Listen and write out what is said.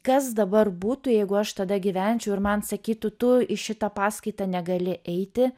kas dabar būtų jeigu aš tada gyvenčiau ir man sakytų tu į šitą paskaitą negali eiti